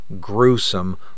gruesome